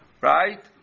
Right